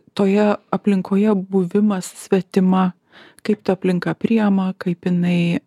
toje aplinkoje buvimas svetima kaip ta aplinka priima kaip jinai